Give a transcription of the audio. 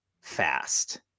fast